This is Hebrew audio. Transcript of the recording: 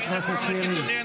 תגיד,